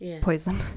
poison